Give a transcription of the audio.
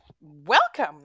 welcome